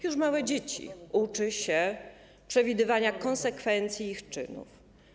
Już małe dzieci uczy się przewidywania konsekwencji ich czynów.